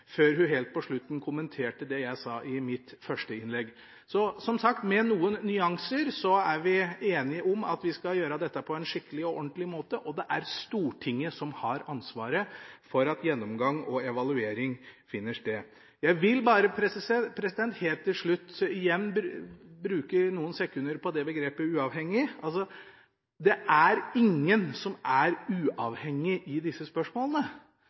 før hun helt på slutten kommenterte det jeg sa i mitt første innlegg. Så som sagt: Med noen nyanser er vi enige om at vi skal gjøre dette på en skikkelig og ordentlig måte, og det er Stortinget som har ansvaret for at gjennomgang og evaluering finner sted. Helt til slutt vil jeg bare presisere og igjen bruke noen sekunder på begrepet «uavhengig»: Det er ingen som er uavhengig i disse spørsmålene!